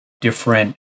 different